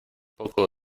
poco